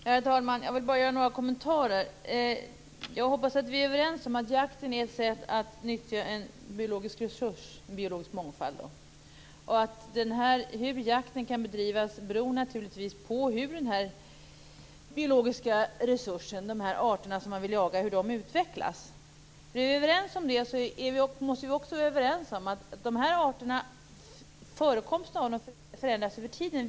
Herr talman! Jag vill bara göra några kommentarer. Jag hoppas att vi är överens om att jakten är ett sätt att nyttja en biologisk resurs - en biologisk mångfald. Hur jakten kan bedrivas beror naturligtvis på hur den biologiska resursen, dvs. de arter som man vill jaga, utvecklas. Är vi överens om det måste vi också vara överens om att förekomsten av dessa arter förändras över tiden.